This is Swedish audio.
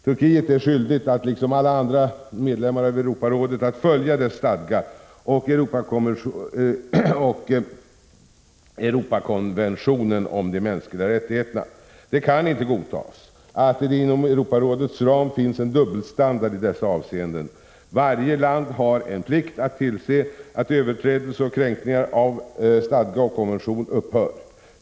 Turkiet är skyldigt att liksom alla andra medlemmar i Europarådet följa dess stadga och Europakonventionen om de mänskliga rättigheterna. Det kan inte godtas att det inom Europarådets ram finns en dubbelstandard i dessa avseenden. Varje land har en plikt att tillse att överträdelser och kränkningar av stadga och konvention upphör.